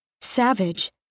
Savage